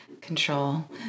control